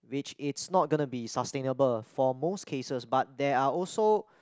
which it's not gonna be sustainable for most cases but there are also